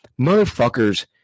motherfuckers